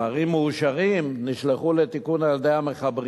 ספרים מאושרים נשלחו לתיקון על-ידי המחברים